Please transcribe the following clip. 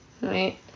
right